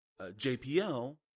JPL